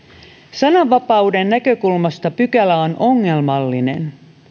sananvapauden näkökulmasta pykälä on ongelmallinen